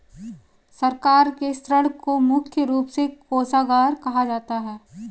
सरकार के ऋण को मुख्य रूप से कोषागार कहा जाता है